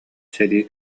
сэрии